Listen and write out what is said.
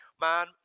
man